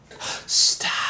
Stop